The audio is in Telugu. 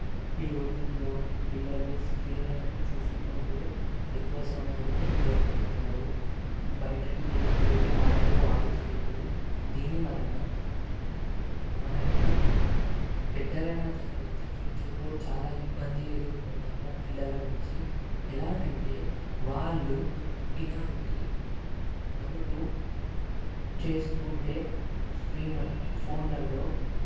ఈ రోజుల్లో పిల్లలు స్క్రీన్లను చూసుకుంటూ ఎక్కువ సమయాన్ని గడుపుతున్నారు బయటకి వెళ్ళి వేరే ఆటలు ఆడుటలేరు దీనివలన మనకి పెద్దగైన తర్వాత ఫ్యూచర్లో చాలా ఇబ్బంది ఎదురుకుంటాము పిల్లలనుంచి ఎలాగంటే వాళ్ళు ఇలాంటి పనులు చేస్తుంటే స్క్రీన్ల ఫోన్లలో